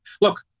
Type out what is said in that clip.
look